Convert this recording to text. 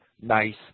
nice